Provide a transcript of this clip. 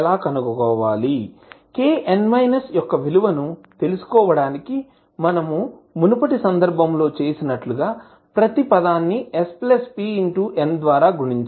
Kn 1 యొక్క విలువను తెలుసుకోవడానికి మనము మునుపటి సందర్భంలో చేసినట్లుగా ప్రతి పదాన్ని s p n ద్వారా గుణించాలి